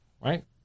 right